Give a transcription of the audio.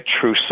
true